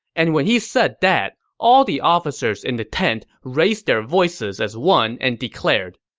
and when he said that, all the officers in the tent raised their voices as one and declared,